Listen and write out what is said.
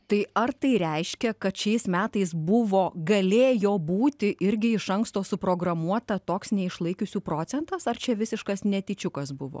tai ar tai reiškia kad šiais metais buvo galėjo būti irgi iš anksto suprogramuota toks neišlaikiusių procentas ar čia visiškas netyčiukas buvo